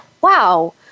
wow